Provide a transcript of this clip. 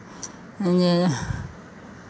जे